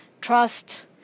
trust